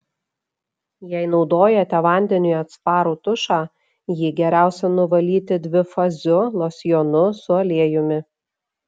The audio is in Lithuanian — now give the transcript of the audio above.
jei naudojate vandeniui atsparų tušą jį geriausia nuvalyti dvifaziu losjonu su aliejumi